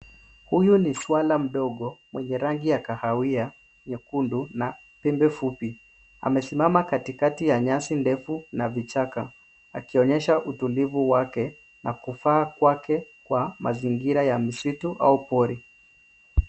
Huyu ni swala mdogo mwenye rangi ya kahawia nyekundu na pembe fupi. Amesimama katikati ya nyasi ndefu na vichaka, akionyesha utulivu wake na kufaa kwake kwa mazingira ya misitu au pori.